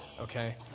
okay